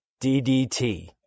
DDT